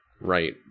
right